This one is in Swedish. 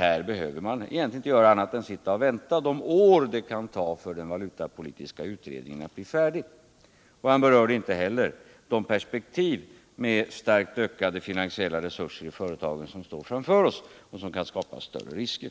nämligen att man egentligen inte behöver göra annat än sitta och vänta de år det kan ta för den valutapolitiska utredningen att bli färdig. Hun berörde inte heller de perspektiv vi har framför oss med starkt ökade finansiella resurser i företagen, vilket kan skapa större risker.